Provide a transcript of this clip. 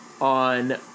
on